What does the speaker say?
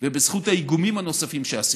ובזכות האיגומים הנוספים שעשינו,